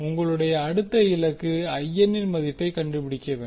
உங்களுடய அடுத்த இலக்கு இன் மதிப்பை கண்டுபிடிக்க வேண்டும்